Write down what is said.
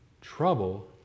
Trouble